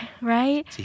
right